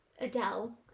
Adele